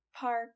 park